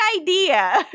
idea